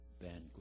banquet